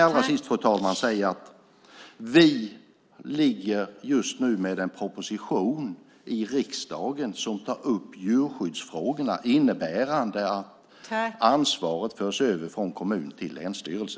Vi har just nu en proposition i riksdagen som tar upp djurskyddsfrågorna. Det innebär att ansvaret förs över från kommun till länsstyrelse.